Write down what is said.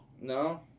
No